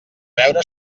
veure